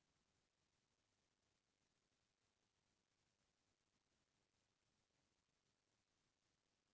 हमर डहर देवारी तिहार म लक्छमी माता के पूजा के दिन खोखमा फूल के जादा मांग रइथे